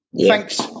thanks